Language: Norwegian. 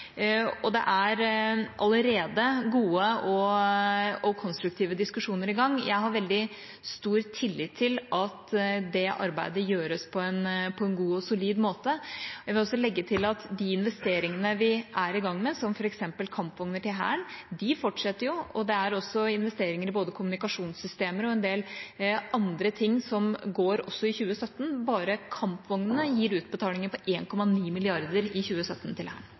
landmaktutredningen. Det er allerede gode og konstruktive diskusjoner i gang. Jeg har veldig stor tillit til at det arbeidet gjøres på en god og solid måte. Jeg vil også legge til at de investeringene vi er i gang med, som f.eks. kampvogner til Hæren, fortsetter, og det er investeringer i både kommunikasjonssystemer og en del andre ting som går også i 2017 – bare kampvognene gir utbetalinger på 1,9 mrd. kr i 2017 til Hæren. Jeg har et spørsmål om avbyråkratiserings- og effektiviseringsreformen. Det